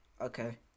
Okay